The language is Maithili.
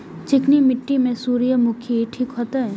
चिकनी मिट्टी में सूर्यमुखी ठीक होते?